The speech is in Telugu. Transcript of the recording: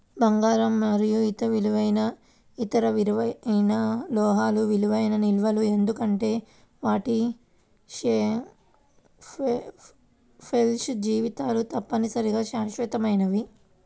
బంగారం మరియు ఇతర విలువైన లోహాలు విలువైన నిల్వలు ఎందుకంటే వాటి షెల్ఫ్ జీవితాలు తప్పనిసరిగా శాశ్వతమైనవి